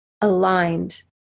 aligned